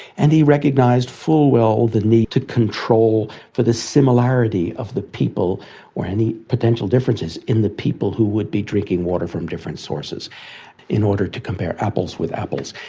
and he recognised full well the need to control for the similarity of the people or any potential differences in the people who would be drinking water from different sources in order to compare apples with apples.